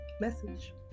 message